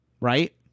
right